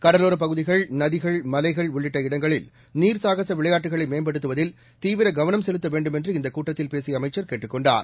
கடலோரப் பகுதிகள் நதிகள் மலைகள் உள்ளிட்ட இடங்களில் நீர் சாகச விளையாட்டுகளை மேம்படுத்துவதில் தீவிர கவனம் செலுத்த வேண்டும் என்று இந்தக் கூட்டத்தில் பேசிய அமைச்சர் கேட்டுக் கொண்டார்